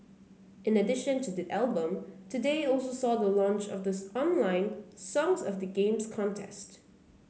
in addition to the album today also saw the launch of this online 'Songs of the Games' contest